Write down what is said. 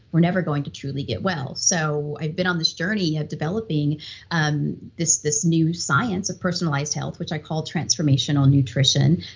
we're never going to truly get well. so i've been on this journey of developing um this this new science of personalized health, which i call transformational nutrition,